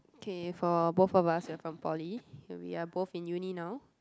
okay for both of us we were from poly and we are both in uni now